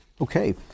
Okay